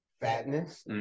fatness